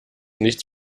nichts